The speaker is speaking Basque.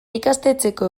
ikastetxeko